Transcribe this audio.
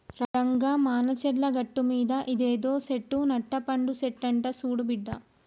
రంగా మానచర్ల గట్టుమీద ఇదేదో సెట్టు నట్టపండు సెట్టంట సూడు బిడ్డా